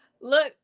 look